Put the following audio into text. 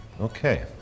Okay